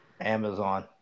amazon